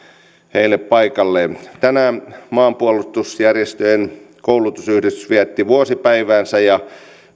heille paikallaan tänään maanpuolustusjärjestöjen koulutusyhdistys vietti vuosipäiväänsä ja